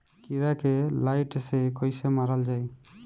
कीड़ा के लाइट से कैसे मारल जाई?